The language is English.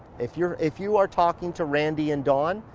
if you're. if you are talking to randy and dawn,